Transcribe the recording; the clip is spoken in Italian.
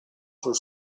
sul